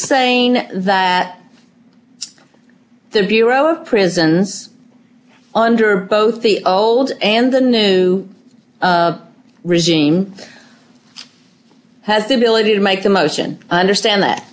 saying that there are bureau of prisons under both the old and the new regime has the ability to make the motion understand that